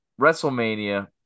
WrestleMania